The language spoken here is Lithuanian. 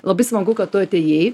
labai smagu kad tu atėjai